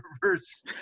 reverse